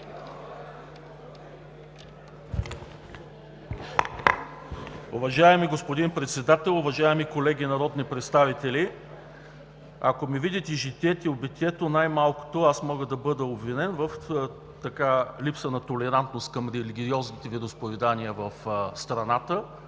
Уважаеми господин Председател, уважаеми колеги народни представители! Ако ми видите житието и битието, най-малкото аз мога да бъда обвинен в липса на толерантност към религиозните вероизповедания в страната.